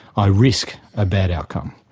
i risk a bad outcome.